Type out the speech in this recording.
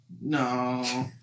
no